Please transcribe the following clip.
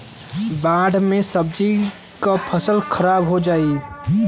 बाढ़ से सब्जी क फसल खराब हो जाई